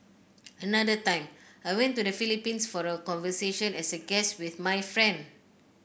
another time I went to the Philippines for a convention as a guest with my friend